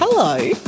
Hello